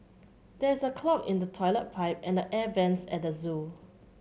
there is a clog in the toilet pipe and the air vents at the zoo